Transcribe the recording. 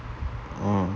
orh